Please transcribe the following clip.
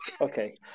okay